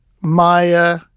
Maya